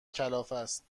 کلافست